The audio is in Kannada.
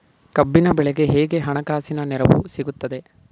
ಕಬ್ಬಿನ ಬೆಳೆಗೆ ಹೇಗೆ ಹಣಕಾಸಿನ ನೆರವು ಸಿಗುತ್ತದೆ?